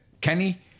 Kenny